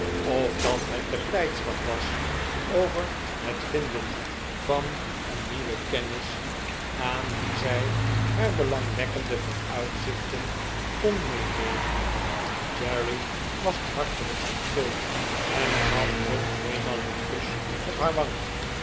of dat het de blijdschap was over het vinden van een nieuwe kennis aan wie zij haar belangwekkende vooruitzichten kon meedeelen cherry was hartelijk en gul en gaf ruth tweemaal een kus op haar wang